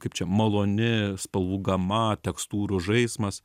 kaip čia maloni spalvų gama tekstūrų žaismas